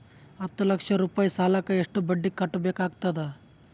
ಹತ್ತ ಲಕ್ಷ ರೂಪಾಯಿ ಸಾಲಕ್ಕ ಎಷ್ಟ ಬಡ್ಡಿ ಕಟ್ಟಬೇಕಾಗತದ?